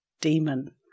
demon